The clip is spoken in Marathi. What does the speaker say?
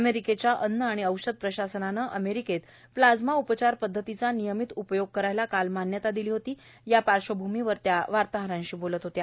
अमेरिकेच्या अन्न आणि औषध प्रशासनानं अमेरिकेत प्लाझ्मा उपचार पद्वतीचा नियमित उपयोग करायला काल मान्यता दिली या पार्श्वभूमीवर त्या वार्ताहरांशी बोलत होत्या